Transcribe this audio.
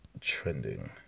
trending